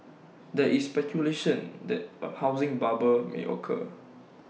there is speculation that A housing bubble may occur